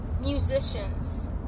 musicians